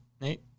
Nate